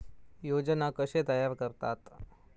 योजना कशे तयार करतात?